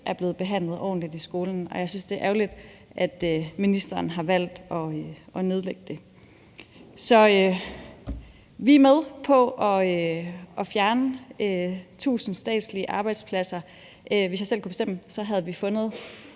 er blevet behandlet ordentligt i skolen. Jeg synes, det er ærgerligt, at ministeren har valgt at nedlægge det. Vi er med på at fjerne 1.000 statslige arbejdspladser. Hvis jeg selv kunne bestemme, havde vi fundet